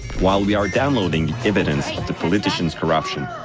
while we are downloading evidence of the politician's corruption,